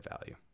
value